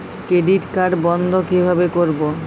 Credit card বন্ধ কিভাবে করবো?